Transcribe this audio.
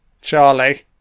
Charlie